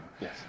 Yes